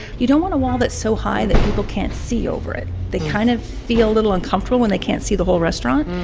you don't want a wall that's so high that people can't see over it. they kind of feel a little uncomfortable when they can't see the whole restaurant.